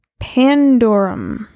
Pandorum